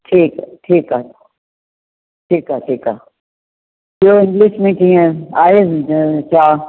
ठीकु आहे ठीकु आहे ठीकु आहे ठीकु आहे ॿियो इंग्लिश में कीअं आहे आहे